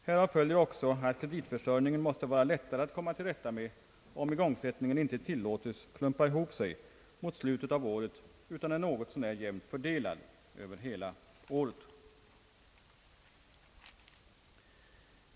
Härav följer också att kreditförsörjningen måste vara lättare att komma till rätta med om igångsättningen inte tillåtes klumpa ihop sig mot slutet av året utan är något så när jämnt fördelad över hela året.